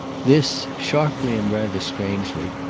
this, sharply and rather strangely,